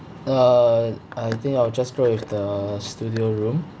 uh I think I will just go with the studio room